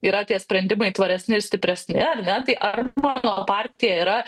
yra tie sprendimai tvaresni ir stipresni ar ne tai ar mano partija yra